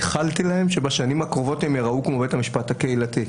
איחלתי להם שבשנים הקרובות הם ייראו כמו בית המשפט הקהילתי,